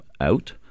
out